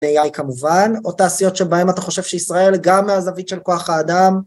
ב-ai כמובן או תעשיות שבהן אתה חושב שישראל גם מהזווית של כוח האדם